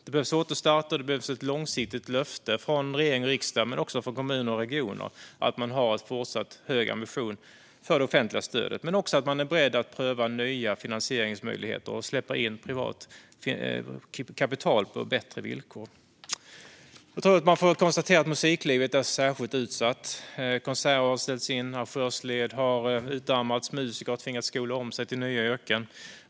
Det behövs återstarter, och det behövs ett långsiktigt löfte från regering och riksdag men också från kommuner och regioner om att man även i fortsättningen har en hög ambition för det offentliga stödet men också att man är beredd att pröva nya finansieringsmöjligheter och släppa in privat kapital på bättre villkor. Man får konstatera att musiklivet är särskilt utsatt. Konserter har ställts in, arrangörsled har utarmats och musiker har tvingats skola om sig till nya yrken.